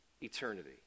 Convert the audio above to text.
eternity